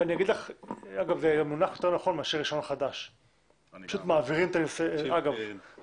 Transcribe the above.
זה מונח יותר נכון, פשוט מעבירים את הרישיון.